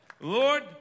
Lord